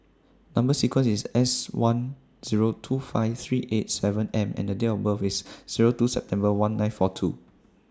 Number sequence IS S one Zero two five three eight seven M and Date of birth IS Zero two September one nine four two